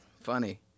funny